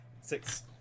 six